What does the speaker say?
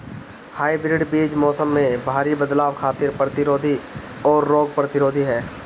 hybrid बीज मौसम में भारी बदलाव खातिर प्रतिरोधी आउर रोग प्रतिरोधी ह